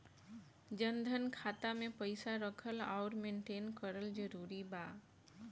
जनधन खाता मे पईसा रखल आउर मेंटेन करल जरूरी बा?